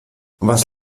was